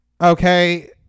Okay